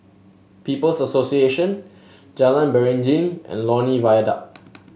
People's Association Jalan Beringin and Lornie Viaduct